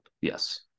Yes